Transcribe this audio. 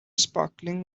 sparkling